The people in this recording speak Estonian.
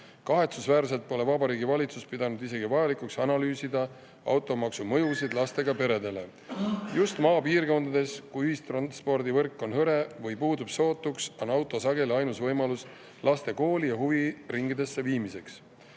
Kahetsusväärselt pole Vabariigi Valitsus pidanud isegi vajalikuks analüüsida automaksu mõju lastega peredele. Just maapiirkondades, kus ühistranspordivõrk on hõre või puudub sootuks, on auto sageli ainus võimalus laste kooli ja huviringidesse viimiseks.